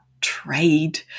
trade